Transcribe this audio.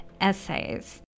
Essays